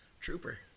Trooper